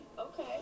Okay